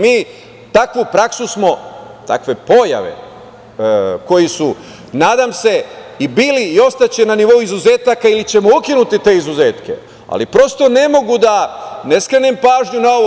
Mi takvu praksu smo, takve pojave, koje su nadam se i bile ostaće na nivou izuzetaka ili ćemo ukinuti te izuzetke, ali prosto ne mogu ne skrenem pažnju na ovo.